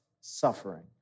suffering